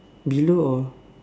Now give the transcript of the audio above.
below or